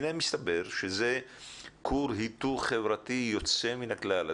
הנה מסתבר שזה כור היתוך חברתי יוצא מן הכלל.